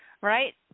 Right